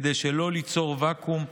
כדי שלא ליצור ואקום,